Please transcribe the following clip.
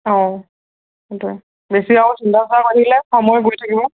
অঁ সেইটোৱে বেছি আউ চিন্তা কৰি থাকিলে সময় গৈ থাকিব